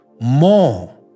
More